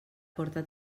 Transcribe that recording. porta